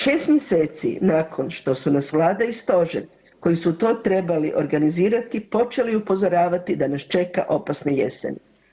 6 mjeseci nakon što su nas Vlada i Stožer koji su to trebali organizirati počeli upozoravati da nas čeka opasna jesen.